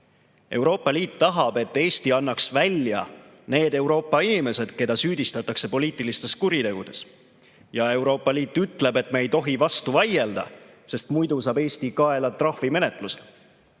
Euroopa Liit tahab, et Eesti annaks välja need Euroopa inimesed, keda süüdistatakse poliitilistes kuritegudes. Ja Euroopa Liit ütleb, et me ei tohi vastu vaielda, sest muidu saab Eesti kaela trahvimenetluse.